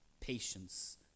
Patience